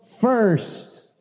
first